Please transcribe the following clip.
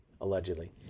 allegedly